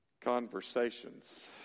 conversations